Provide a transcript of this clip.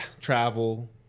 travel